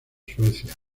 suecia